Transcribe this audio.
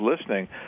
listening